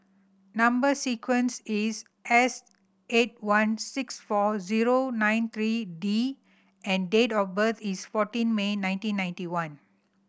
number sequence is S eight one six four zero nine three D and date of birth is fourteen May nineteen ninety one